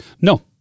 No